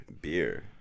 beer